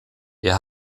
wir